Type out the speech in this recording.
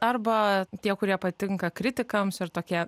arba tie kurie patinka kritikams ir tokie